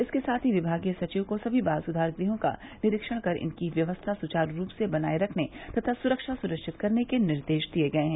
इसके साथ ही विभागीय सचिव को समी बाल सुधार गृहों का निरीक्षण कर इनकी व्यवस्था सुचारू बनाये रखने तथा सुरक्षा सुनिरिचत करने का निर्देश दिया गया है